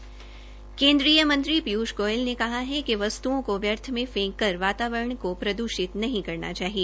केन्द्रीय मंत्री पीयूष गोयल ने कहा है कि वस्तुओं को व्यर्थ में फेंककर वातावरण को प्रदूषित नहीं करना चाहिए